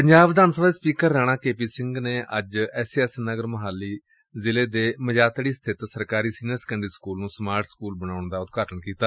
ਪੰਜਾਬ ਵਿਧਾਨ ਸਭਾ ਦੇ speaker Rana K P Singh ਨੇ ਅੱਜ ਐਸ ਏ ਐਸ ਨਗਰ ਦੇ ਮਜਾਤਡੀ ਸਬਿਤ ਸਰਕਾਰੀ ਸੀਨੀਅਰ ਸੈਕੰਡਰੀ ਨੂੰ ਸਮਾਰਟ ਸਕੁਲ ਬਣਾਉਣ ਦਾ ਉਦਘਾਟਨ ਕੀਤਾ